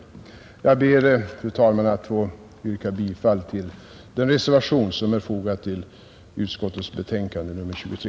Herr talman! Jag ber att få yrka bifall till den reservation som är fogad till socialförsäkringsutskottets betänkande nr 23.